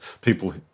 people